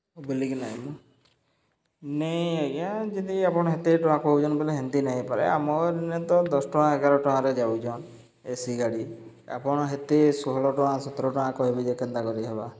ବୁଲିକିନା ଆଏମୁ ନାଇଁ ଆଜ୍ଞା ଯଦି ଆପଣ୍ ହେତେ ଟଙ୍କା କହୁଚନ୍ ବୋଏଲେ ହେନ୍ତି ନାଇଁପାରେ ଆମର୍ ଇନେ ତ ଦଶ୍ ଟଙ୍କା ଏଗାର ଟଙ୍କାରେ ଯାଉଚନ୍ ଏ ସି ଗାଡ଼ି ଆପଣ୍ ହେତେ ଷୋହଳ ଟଙ୍କା ସତ୍ର ଟଙ୍କା କହେବେ ଯେ କେନ୍ତା କରି ହେବା